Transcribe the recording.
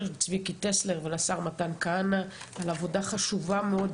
צביקי טסלר ולשר מתן כהנא על עבודה חשובה מאוד,